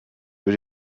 über